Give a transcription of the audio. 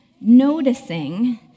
noticing